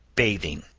bathing.